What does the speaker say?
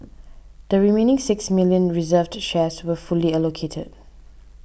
the remaining six million reserved shares were fully allocated